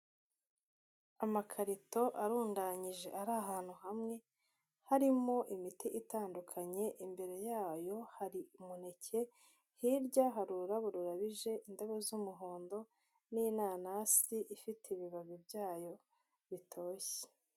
Amakarito arundanyije ari ahantu hamwe harimo imiti itandukanye imbere yayo hari umuneke, hirya hari ururabo rurabije indabo z'umuhondo, n'inanasi ifite ibibabi byayo bitoshye.